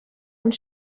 und